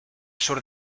sur